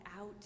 out